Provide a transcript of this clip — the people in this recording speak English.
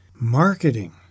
marketing